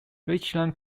richland